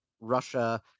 Russia